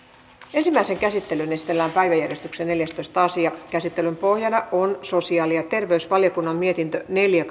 ensimmäiseen käsittelyyn esitellään päiväjärjestyksen neljästoista asia käsittelyn pohjana on sosiaali ja terveysvaliokunnan mietintö neljä